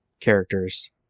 characters